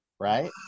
right